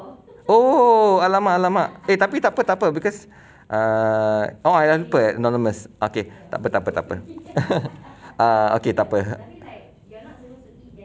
oh !alamak! !alamak! eh tapi tak apa tak apa because err oh I lupa anonymous okay tak apa tak apa tak apa okay tak apa